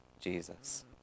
Jesus